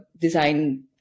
design